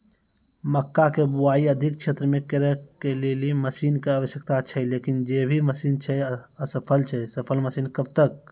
मक्का के बुआई अधिक क्षेत्र मे करे के लेली मसीन के आवश्यकता छैय लेकिन जे भी मसीन छैय असफल छैय सफल मसीन कब तक?